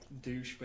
douchebag